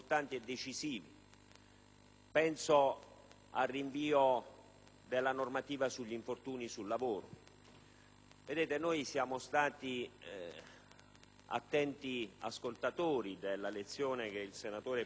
Penso al rinvio della normativa sugli infortuni sul lavoro. Siamo stati attenti ascoltatori della lezione del senatore Pera sui principi